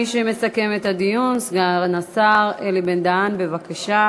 מי שמסכם את הדיון, סגן השר אלי בן-דהן, בבקשה.